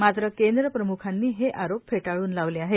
मात्र केंद्र प्रमुखांनी हे आरोप फेटाळून लावले आहेत